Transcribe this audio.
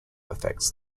affects